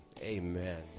Amen